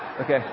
okay